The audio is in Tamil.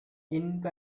இன்ப